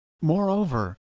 Moreover